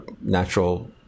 natural